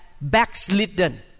backslidden